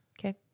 Okay